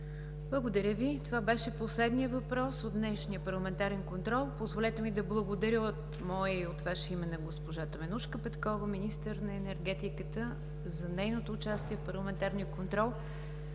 Благодаря Ви. Това беше последният въпрос от днешния парламентарен контрол. Позволете ми да благодаря от мое и от Ваше име на госпожа Теменужка Петкова – министър на енергетиката, за нейното участие в парламентарния контрол.